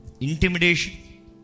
intimidation